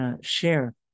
share